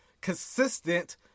consistent